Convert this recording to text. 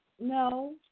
No